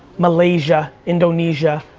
malaysia, indonesia,